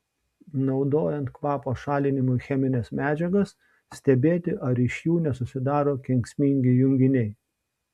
naudojant kvapo šalinimui chemines medžiagas stebėti ar iš jų nesusidaro kenksmingi junginiai